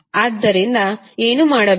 ಹಾಗಾದರೆ ಏನು ಮಾಡಬೇಕು